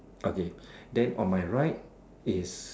okay then on my right is